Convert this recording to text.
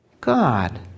God